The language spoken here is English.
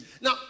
Now